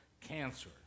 cancer